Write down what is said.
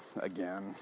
again